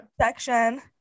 section